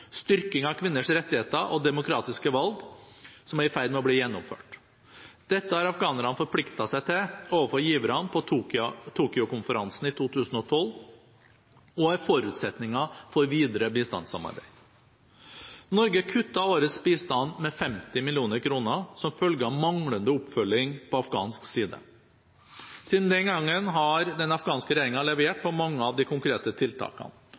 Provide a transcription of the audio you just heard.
styrking av kvinners rettigheter og demokratiske valg, som er i ferd med å bli gjennomført. Dette har afghanerne forpliktet seg til overfor giverne på Tokyo-konferansen i 2012, og det er forutsetningen for videre bistandssamarbeid. Norge kuttet årets bistand med 50 mill. kr som følge av manglende oppfølging på afghansk side. Siden den gang har den afghanske regjeringen levert på mange av de konkrete tiltakene.